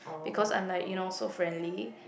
because I'm like you know so friendly